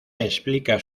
explica